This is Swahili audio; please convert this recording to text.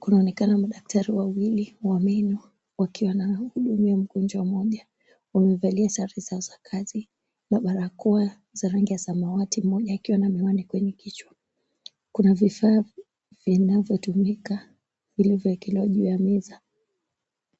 kunaonekana madaktari wawili wa meno wakimhudumia mgonjwa mmoja. Wamevalia sare zao za kazi na barako ya rangi ya samawati, mmoja akiwa na miwani kwenye kichwa. Kuna vifaa vinavyotumika vilivyoekelewa juu ya meza.